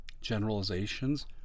generalizations